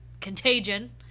contagion